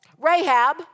Rahab